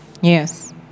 Yes